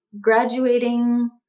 graduating